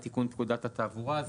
תיקון פקודת התעבורה.